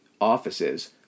offices